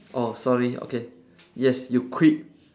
oh sorry okay yes you quit